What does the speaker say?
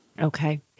Okay